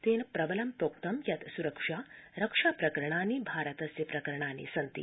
तेन प्रबलं प्रोक्तं यत् सुरक्षा रक्षा प्रकरणानि भारतस्य प्रकरणानि सन्ति